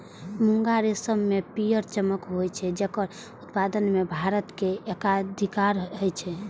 मूंगा रेशम मे पीयर चमक होइ छै, जेकर उत्पादन मे भारत के एकाधिकार छै